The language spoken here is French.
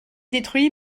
détruit